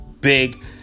big